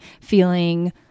feeling